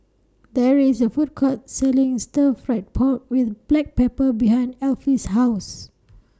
There IS A Food Court Selling Stir Fry Pork with Black Pepper behind Alfie's House